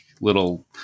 little